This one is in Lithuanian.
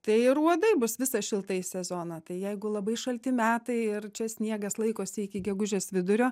tai ir uodai bus visą šiltąjį sezoną tai jeigu labai šalti metai ir čia sniegas laikosi iki gegužės vidurio